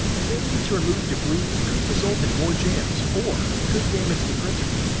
failure to remove debris could result in more jams or could damage the printer.